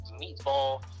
meatball